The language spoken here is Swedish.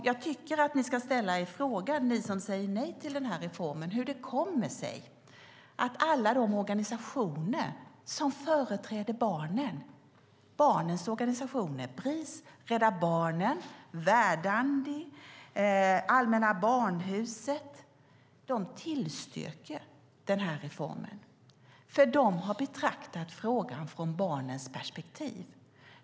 Jag tycker att ni som säger nej till den här reformen ska ställa er frågan hur det kommer sig att alla de organisationer som företräder barnen - Bris, Rädda Barnen, Verdandi och Allmänna Barnhuset - tillstyrker den här reformen, för de har betraktat frågan ur barnens perspektiv.